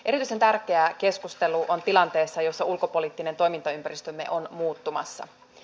erityisen tärkeää keskustelu on tilanteessa jossa ulkopoliittinen toimintaympäristömme on muuttumassa